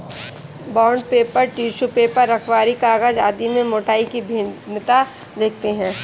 bond paper, tissue paper, अखबारी कागज आदि में मोटाई की भिन्नता देखते हैं